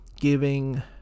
giving